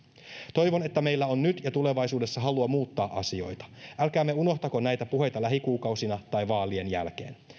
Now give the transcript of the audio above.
toivon että meillä on nyt ja tulevaisuudessa halua muuttaa asioita älkäämme unohtako näitä puheita lähikuukausina tai vaalien jälkeen